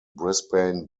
brisbane